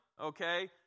okay